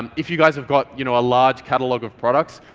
if you guys have got you know a large catalogue of products,